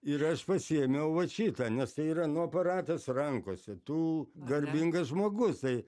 ir aš pasiėmiau vat šitą nes tai yra nu aparatas rankose tu garbingas žmogus tai